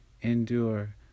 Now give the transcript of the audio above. Endure